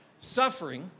suffering